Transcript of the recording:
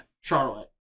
charlotte